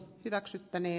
yväksyttäne